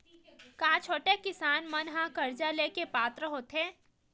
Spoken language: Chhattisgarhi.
का छोटे किसान मन हा कर्जा ले के पात्र होथे?